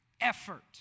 effort